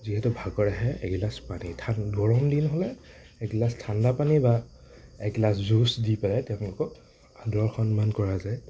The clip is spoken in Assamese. যিহেতু ভাগৰ আহে এগিলাচ পানী ঠাণ গৰম দিন হ'লে এগিলাচ ঠাণ্ডা পানী বা এগিলাচ জুছ দি পেলাই তেওঁলোকক আদৰ সন্মান কৰা যায়